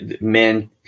men